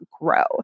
grow